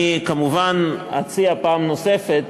אני כמובן אציע פעם נוספת,